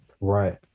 Right